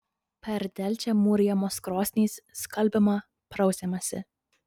per delčią mūrijamos krosnys skalbiama prausiamasi